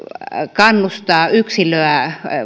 kannustaa yksilöä